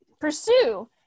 pursue